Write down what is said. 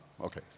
okay